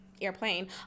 airplane